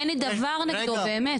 אין לי דבר נגדו, באמת.